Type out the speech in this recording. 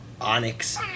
Onyx